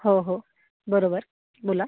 हो हो बरोबर बोला